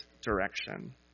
direction